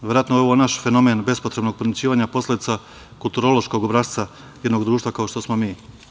Verovatno je ovo naš fenomen bespotrebnog podmićivanja posledica kulturološkog obrasca jednog društva kao što smo mi.